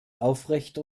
aufrecht